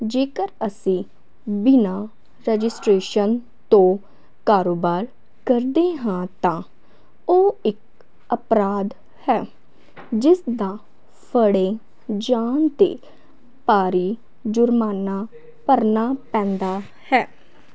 ਜੇਕਰ ਅਸੀਂ ਬਿਨਾਂ ਰਜਿਸਟਰੇਸ਼ਨ ਤੋਂ ਕਾਰੋਬਾਰ ਕਰਦੇ ਹਾਂ ਤਾਂ ਉਹ ਇੱਕ ਅਪਰਾਧ ਹੈ ਜਿਸ ਦਾ ਫੜੇ ਜਾਣ 'ਤੇ ਭਾਰੀ ਜੁਰਮਾਨਾ ਭਰਨਾ ਪੈਂਦਾ ਹੈ